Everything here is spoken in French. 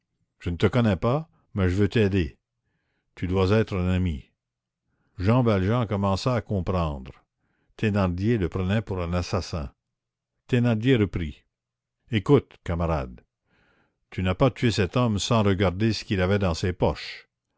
je ne te connais pas mais je veux t'aider tu dois être un ami jean valjean commença à comprendre thénardier le prenait pour un assassin thénardier reprit écoute camarade tu n'as pas tué cet homme sans regarder ce qu'il avait dans ses poches